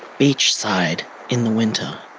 beachside in the winter.